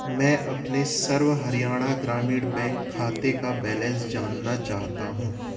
मैं अपने सर्व हरियाणा ग्रामीण बैंक खाते का बैलेंस जानना चाहता हूँ